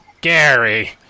Gary